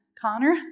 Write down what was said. Connor